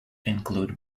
include